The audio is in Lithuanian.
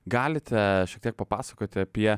galite šiek tiek papasakoti apie